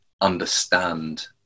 understand